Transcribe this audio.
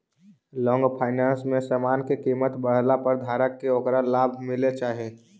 long finance में समान के कीमत बढ़ला पर धारक के ओकरा लाभ मिले के चाही